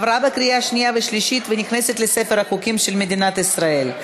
עברה בקריאה שנייה ושלישית ונכנסת לספר החוקים של מדינת ישראל.